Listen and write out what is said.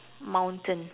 mountain